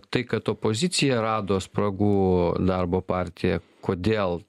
tai kad opozicija rado spragų darbo partija kodėl